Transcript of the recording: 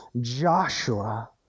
Joshua